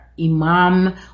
imam